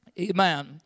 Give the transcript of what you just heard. Amen